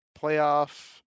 playoff